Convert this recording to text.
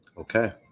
Okay